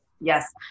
Yes